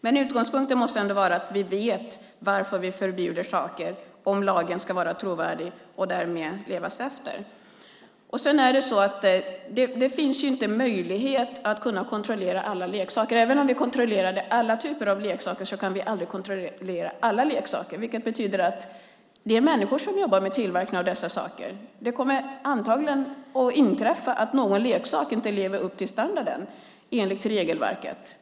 Men utgångspunkten måste ändå vara att vi vet varför vi förbjuder saker om lagen ska vara trovärdig och därmed efterlevas. Det finns inte möjlighet att kontrollera alla leksaker. Även om alla typer av leksaker skulle kontrolleras skulle man aldrig kunna kontrollera alla leksaker. Det är människor som jobbar med tillverkning av dessa saker. Det kommer antagligen att inträffa att någon leksak inte lever upp till standarden enligt regelverket.